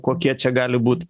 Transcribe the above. kokie čia gali būt